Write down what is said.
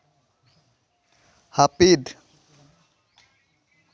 ᱦᱟᱹᱯᱤᱫ